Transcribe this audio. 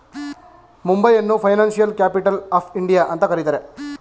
ಮುಂಬೈಯನ್ನು financial capital of India ಅಂತ ಕರಿತರೆ